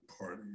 party